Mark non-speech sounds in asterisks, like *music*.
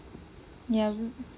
yeah *noise*